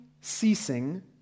ceasing